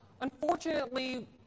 unfortunately